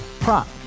Prop